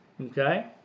Okay